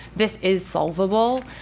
this is solvable,